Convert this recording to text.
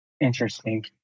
Interesting